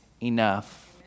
enough